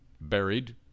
buried